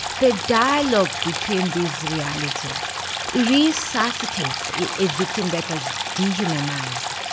the dialogue between these realities resuscitates a victim that was dehumanised.